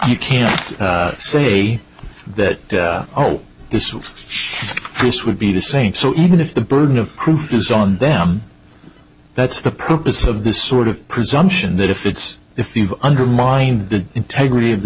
you can't say that oh this was this would be the same so even if the burden of proof is on them that's the purpose of this sort of presumption that if it's if the undermine the integrity of the